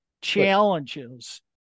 challenges